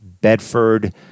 Bedford